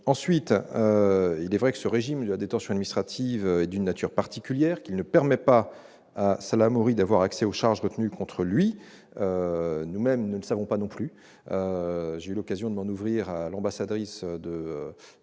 jours. Il est vrai que le régime de détention administrative est d'une nature particulière. Il ne permet pas à Salah Hamouri d'avoir accès aux charges retenues contre lui ; nous ne les connaissons pas non plus. J'ai eu l'occasion de m'en ouvrir à l'ambassadrice